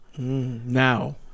Now